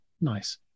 Nice